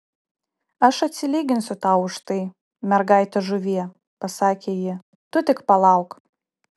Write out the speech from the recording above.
aš atsilyginsiu tau už tai mergaite žuvie pasakė ji tu tik palauk